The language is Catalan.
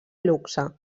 luxe